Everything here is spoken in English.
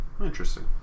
Interesting